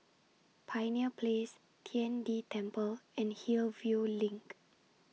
Pioneer Place Tian De Temple and Hillview LINK